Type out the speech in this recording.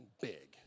big